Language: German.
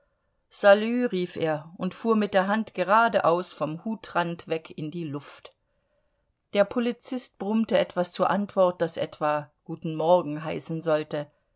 salü rief er und fuhr mit der hand gradaus vom hutrand weg in die luft der polizist brummte etwas zur antwort das etwa guten morgen heißen sollte